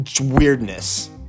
Weirdness